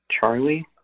Charlie